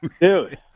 Dude